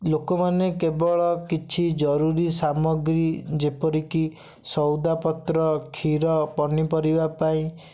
ଲୋକମାନେ କେବଳ କିଛି ଜରୁରୀ ସାମଗ୍ରୀ ଯେପରିକି ସଉଦା ପତ୍ର କ୍ଷୀର ପନିପରିବା ପାଇଁ